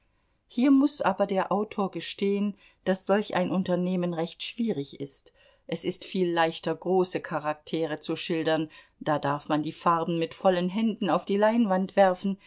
hier muß aber der autor gestehen daß solch ein unternehmen recht schwierig ist es ist viel leichter große charaktere zu schildern da darf man die farben mit vollen händen auf die leinwand werfen